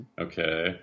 Okay